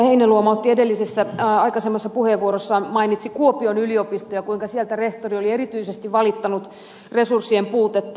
heinäluoma aikaisemmassa puheenvuorossaan mainitsi kuopion yliopiston ja kuinka sieltä rehtori oli erityisesti valittanut resurssien puutetta